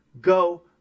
go